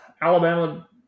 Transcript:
Alabama